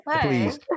Please